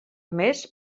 més